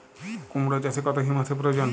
কুড়মো চাষে কত হিউমাসের প্রয়োজন?